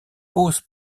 posent